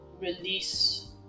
release